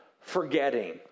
forgetting